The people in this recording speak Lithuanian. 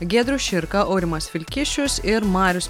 giedrius širka aurimas vilkišius ir marius